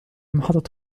محطة